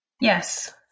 Yes